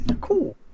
Cool